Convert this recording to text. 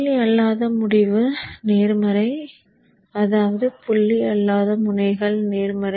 புள்ளி அல்லாத முடிவு நேர்மறை அதாவது புள்ளி அல்லாத முனைகள் நேர்மறை